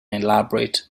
elaborate